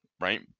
right